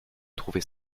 trouver